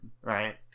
right